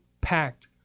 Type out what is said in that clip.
packed